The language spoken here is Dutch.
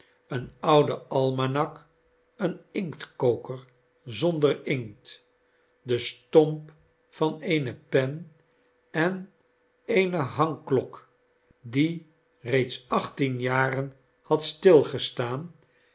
een ouden almanak een inktkoker zonder inkt de stomp van eene pen en eene hangklok die reeds achttien jaren had